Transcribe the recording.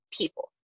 people